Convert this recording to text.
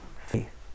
faith